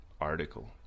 article